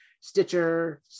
Stitcher